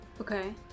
Okay